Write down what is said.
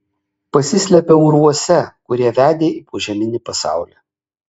pasislėpiau urvuose kurie vedė į požeminį pasaulį